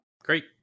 Great